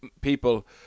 people